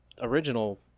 original